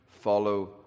follow